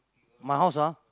my house ah